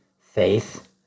faith